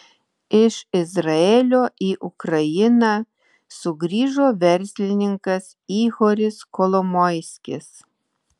iš izraelio į ukrainą sugrįžo verslininkas ihoris kolomoiskis